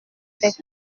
faite